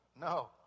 No